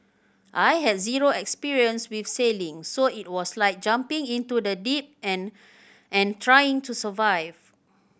I had zero experience with sailing so it was like jumping into the deep end and trying to survive